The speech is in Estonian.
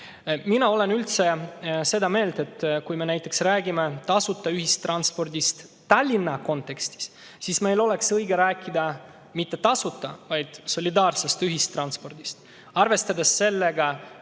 sai. Mina olen üldse seda meelt, et kui me näiteks räägime tasuta ühistranspordist Tallinna kontekstis, siis meil oleks õige rääkida mitte tasuta, vaid solidaarsest ühistranspordist, arvestades seda,